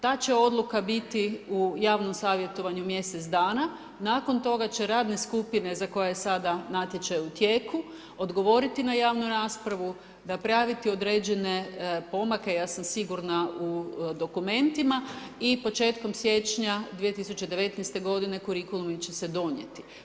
Ta će odluka biti u javnom savjetovanju mjesec dana, nakon toga će radne skupine, za koje je sada natječaj u tijeku, odgovoriti na javnu raspravu, napraviti određene pomake, ja sam sigurna u dokumentima i početkom siječnja 2019. godine kurikulumi će se donijeti.